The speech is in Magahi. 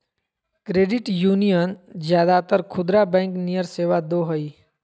क्रेडिट यूनीयन ज्यादातर खुदरा बैंक नियर सेवा दो हइ